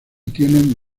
tienen